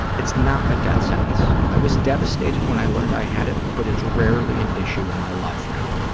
it's not a death sentence. i was devastated when i learned i had it, but it's rarely an issue in my life now.